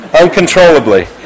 uncontrollably